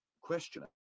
Question